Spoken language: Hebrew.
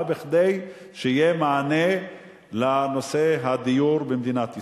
כדי שיהיה מענה לנושא הדיור במדינת ישראל.